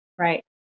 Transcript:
right